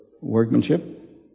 workmanship